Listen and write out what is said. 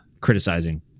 criticizing